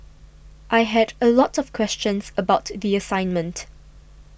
I had a lot of questions about the assignment